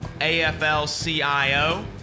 AFL-CIO